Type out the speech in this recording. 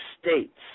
states